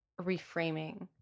reframing